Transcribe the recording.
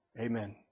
Amen